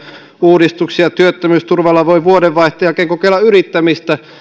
uudistuksia työttömyysturvalla voi vuodenvaihteen jälkeen kokeilla yrittämistä